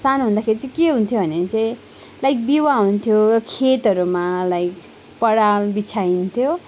सानो हुँदाखेरि चाहिँ के हुन्थ्यो भन्दाखेरि चाहिँ लाइक विवाह हुन्थ्यो खेतहरूमा लाइक पराल बिछाइन्थ्यो